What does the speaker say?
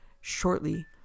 shortly